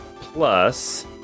plus